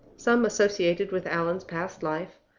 some associated with allan's past life,